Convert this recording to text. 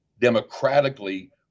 democratically